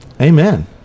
Amen